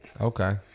Okay